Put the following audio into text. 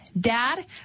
Dad